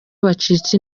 bacitse